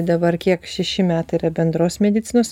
dabar kiek šeši metai yra bendros medicinos